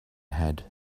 had